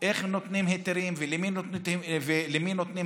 איך נותנים היתרים ולמי נותנים היתרים,